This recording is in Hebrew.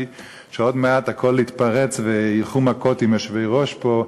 שעוד מעט הכול יתפרץ וילכו מכות עם יושבי-ראש פה.